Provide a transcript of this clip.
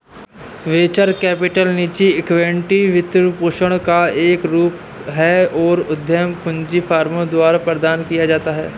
venture capital निजी equity वित्तपोषण का एक रूप है जो उद्यम पूंजी फर्मों द्वारा प्रदान किया जाता है